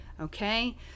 okay